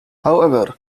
however